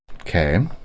okay